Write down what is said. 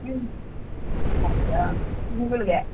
ಹ್ಞೂ ಹೌದಾ ತಿಂಗಳಿಗೆ